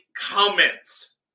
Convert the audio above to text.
comments